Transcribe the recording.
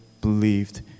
believed